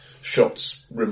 shots